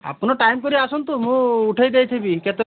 ଆପଣ ଟାଇମ୍ କରି ଆସନ୍ତୁ ମୁଁ ଉଠେଇ ଦେଇଥିବି କେତେ